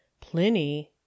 pliny